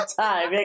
time